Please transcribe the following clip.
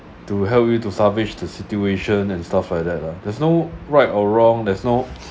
to help you to salvage the situation and stuff like that lah there's no right or wrong there's no